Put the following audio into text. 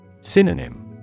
Synonym